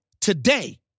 today